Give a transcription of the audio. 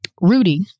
Rudy